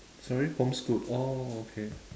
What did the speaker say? sorry homeschooled oh okay